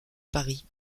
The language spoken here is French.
paris